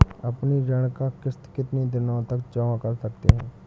अपनी ऋण का किश्त कितनी दिनों तक जमा कर सकते हैं?